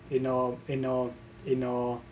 in a in a in a